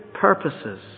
purposes